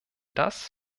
das